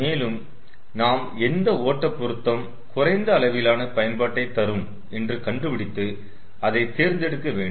மேலும் நாம் எந்த ஓட்ட பொருத்தம் குறைந்த அளவிலான பயன்பாட்டை தரும் என்று கண்டுபிடித்து அதை தேர்ந்தெடுக்க வேண்டும்